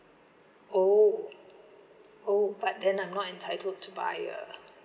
oh oh but then I'm not entitled to buy a